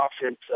offense